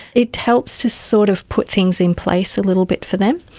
it helps to sort of put things in place a little bit for them,